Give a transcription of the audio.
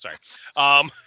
sorry